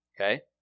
Okay